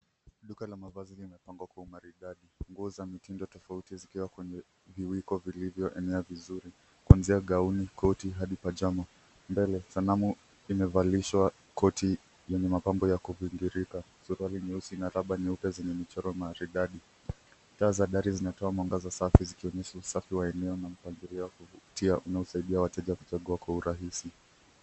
Duka la mavazi limepangwa kwa umaridadi. Nguo za mitindo tofauti zikiwa kwenye viwiko vilivyoenea vizuri, kuanzia: gauni, koti hadi pajama . Mbele, sanamu imevalishwa koti yenye mapambo ya kuvingirika, suruali nyeusi na raba nyeupe zenye michoro maridadi. Taa za dari zinatoa mwangaza safi zikionyesha usafi wa eneo na mpangilio wa kuvutia unaosaidia wateja kuchagua kwa urahisi.